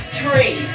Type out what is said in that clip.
three